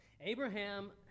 Abraham